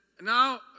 Now